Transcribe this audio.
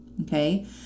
Okay